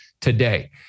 today